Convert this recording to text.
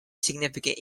significant